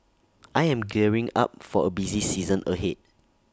I am gearing up for A busy season ahead